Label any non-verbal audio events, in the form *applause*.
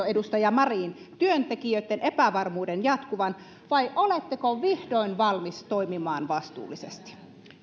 *unintelligible* edustaja marin työntekijöitten epävarmuuden jatkuvan vai oletteko vihdoin valmiita toimimaan vastuullisesti